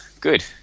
good